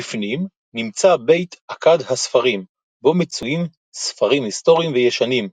בפנים נמצא 'בית עקד הספרים' בו מצויים ספרים היסטוריים וישנים,